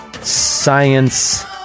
Science